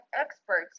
experts